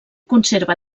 conserva